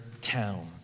town